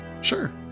Sure